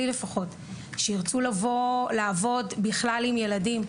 שירצו לעבוד בכלל עם ילדים.